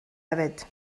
hefyd